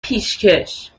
پیشکش